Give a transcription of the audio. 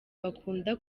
bakunda